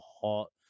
hot